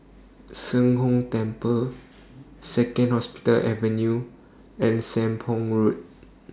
Sheng Hong Temple Second Hospital Avenue and Sembong Road